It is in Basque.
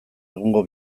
egungo